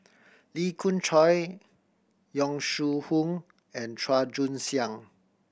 Lee Khoon Choy Yong Shu Hoong and Chua Joon Siang